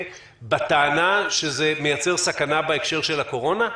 בטענה שזה מייצר סכנה בהקשר של הקורונה?